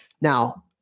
Now